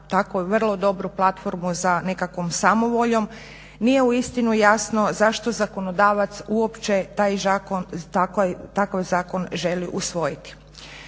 tako vrlo dobru platformu za nekakvom samovoljom. Nije u istinu jasno zašto zakonodavac takav zakon želi usvojiti.